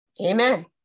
Amen